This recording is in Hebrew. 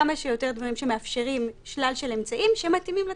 כמה שיותר דברים שמאפשרים שלל של אמצעים שמתאימים לתכלית.